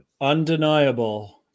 Undeniable